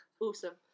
Awesome